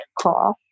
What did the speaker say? call